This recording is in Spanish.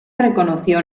reconoció